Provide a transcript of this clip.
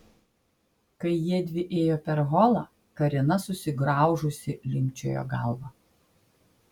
kai jiedvi ėjo per holą karina susigraužusi linkčiojo galvą